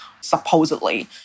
Supposedly